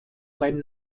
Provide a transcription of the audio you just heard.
beim